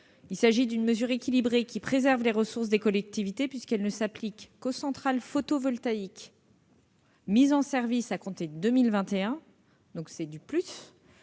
Il s'agit d'une mesure équilibrée, qui préserve les ressources des collectivités, puisqu'elle ne s'appliquera qu'aux centrales photovoltaïques mises en service à compte de 2021. En favorisant